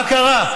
מה קרה?